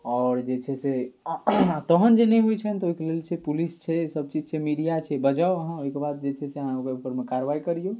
आओर जे छै से तहन जे नहि होइ छनि तऽ ओहिके लेल छै पुलिस छै सबचीज छै मीडिआ छै बजाउ अहाँ ओहिके बाद जे छै से अहाँ ओहिके उपर जे छै से ओकरा उपरमे कार्रवाइ करिऔ